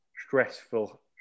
stressful